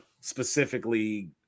specifically